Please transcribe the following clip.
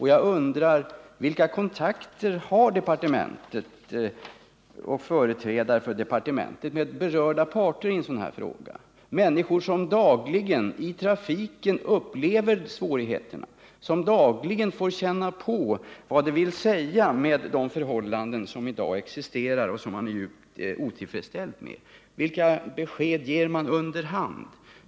Jag undrar då vilka kontakter företrädare för departementet har med berörda parter i en sådan här fråga, människor som dagligen i trafiken upplever svårigheterna, som dagligen får känna på de förhållanden som i dag existerar och som de är djupt otillfreds med. Vilka besked ger man under hand?